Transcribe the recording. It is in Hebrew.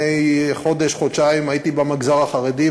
לפני חודש-חודשיים הייתי במגזר החרדי,